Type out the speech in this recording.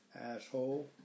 asshole